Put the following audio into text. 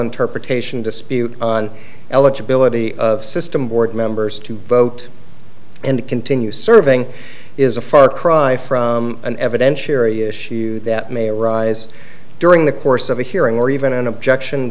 interpretation dispute on eligibility of system board members to vote and to continue serving is a far cry from an evidentiary issue that may arise during the course of a hearing or even an objection